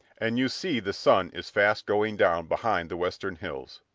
and you see the sun is fast going down behind the western hills.